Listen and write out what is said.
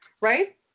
right